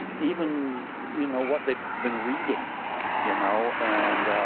even you know what they've been reading you know and